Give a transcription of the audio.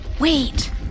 Wait